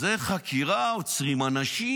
זה חקירה, עוצרים אנשים.